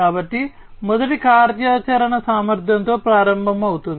కాబట్టి మొదటిది కార్యాచరణ సామర్థ్యంతో ప్రారంభమవుతుంది